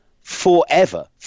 Forever